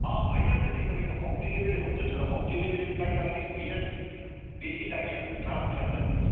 भइहाल्छ नि तपाईँको होम डेलिभरी हुन्छ तर होम डेलिभरीको लागि अलिकति पैसा बेसी लागिहाल्छ चार्ज लाग्छ नि